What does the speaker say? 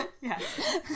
Yes